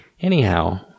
anyhow